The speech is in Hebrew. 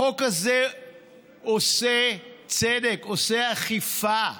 החוק הזה עושה צדק, עושה אכיפה,